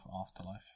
afterlife